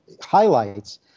highlights